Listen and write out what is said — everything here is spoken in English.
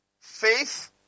faith